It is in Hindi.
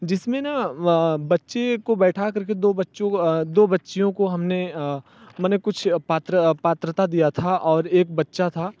जिसमें ना बच्चे को बैठा करके दो बच्चों को दो बच्चियों को हमने माने कुछ पात्र पात्रता दिया था और एक बच्चा था